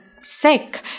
sick